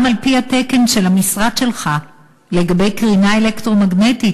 גם על-פי התקן של המשרד שלך לגבי קרינה אלקטרומגנטית,